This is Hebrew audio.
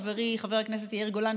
חברי חבר הכנסת יאיר גולן,